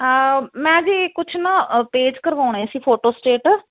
ਮੈਂ ਜੀ ਕੁਛ ਨਾ ਪੇਜ ਕਰਵਾਉਣੇ ਸੀ ਫੋਟੋਸਟੇਟ